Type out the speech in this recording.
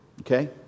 okay